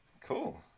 Cool